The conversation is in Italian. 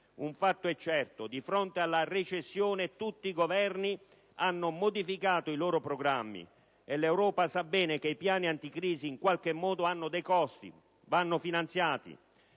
Un fatto è certo: di fronte alla recessione tutti i Governi hanno modificato i loro programmi e l'Europa sa bene che i piani anticrisi in qualche modo hanno dei costi e vanno finanziati.